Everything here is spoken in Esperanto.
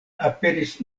aperis